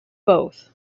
both